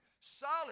solid